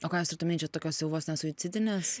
o ką jūs turit omeny čia tokios jau vos ne suicidinės